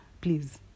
please